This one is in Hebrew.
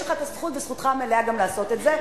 יש לך הזכות וזכותך המלאה לעשות את זה,